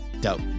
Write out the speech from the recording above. Dope